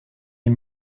les